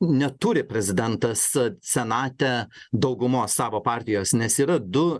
neturi prezidentas senate daugumos savo partijos nes yra du